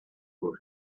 for